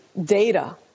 data